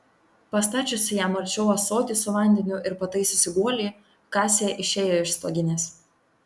pastačiusi jam arčiau ąsotį su vandeniu ir pataisiusi guolį kasė išėjo iš stoginės